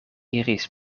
iris